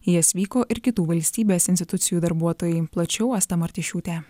į jas vyko ir kitų valstybės institucijų darbuotojai plačiau asta martišiūtė